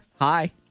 hi